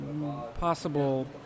possible